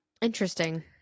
interesting